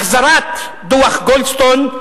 החזרת דוח-גולדסטון.